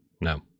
no